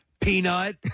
Peanut